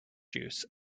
juice